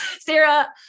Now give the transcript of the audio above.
Sarah